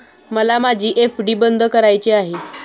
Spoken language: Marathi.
मला माझी एफ.डी बंद करायची आहे